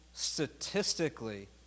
statistically